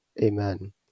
Amen